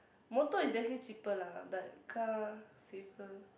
motor is definitely cheaper lah but car safer